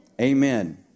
Amen